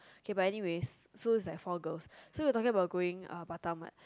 okay but anyways so is like four girls so we are talking about going um Batam [what]